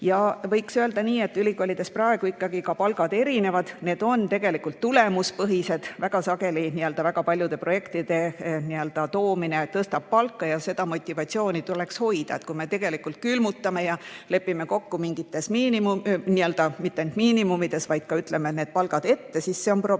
Võib öelda nii, et ülikoolides praegu ikkagi palgad erinevad. Need on tulemuspõhised. Väga sageli on nii, et väga paljude projektide toomine tõstab palka, ja seda motivatsiooni tuleks hoida. Kui me külmutame ja lepime kokku mingites mitte ainult miinimumides, vaid ka ütleme need palgad ette, siis see on probleem.